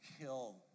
kill